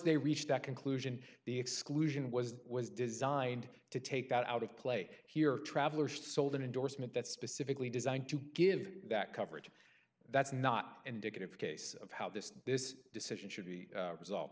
they reached that conclusion the exclusion was was designed to take that out of play here travellers sold an endorsement that's specifically designed to give that coverage that's not indicative case of how this this decision should be res